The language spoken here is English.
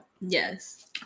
Yes